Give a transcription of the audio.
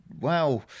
wow